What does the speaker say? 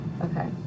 Okay